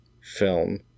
film